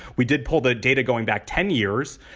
we did pull the data going back ten years.